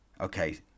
Okay